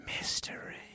Mystery